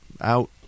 out